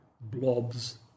blobs